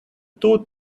two